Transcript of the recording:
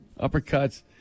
uppercuts